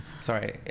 Sorry